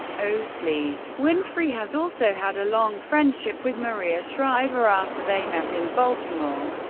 oh, please. winfrey has also had a long friendship with maria shriver, after they met in baltimore.